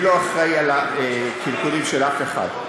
אני לא אחראי לקלקולים של אף אחד.